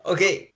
Okay